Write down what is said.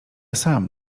sam